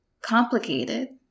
complicated